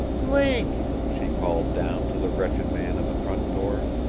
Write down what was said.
link! she called down to the wretched man at the front door.